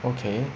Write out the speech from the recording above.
okay